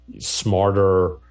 smarter